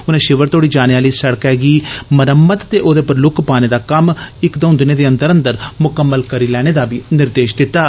उनें शिविर तोड़ी जाने आली सड़कै दी मरम्मत ते ओदे पर लुक्क पाने दा कम्म इक द'ऊं दिनें दे अंदर अंदर मुकम्मल करी लैने दा बी निर्देश दित्ता